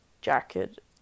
jacket